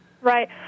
Right